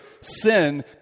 sin